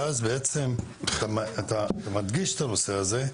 ואז בעצם אתה מדגיש את הנושא הזה,